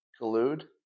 Collude